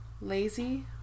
Lazy